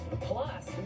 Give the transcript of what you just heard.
plus